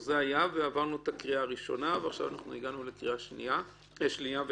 עברנו את הקריאה הראשונה ועכשיו הגענו להכנה לקריאה שנייה ושלישית.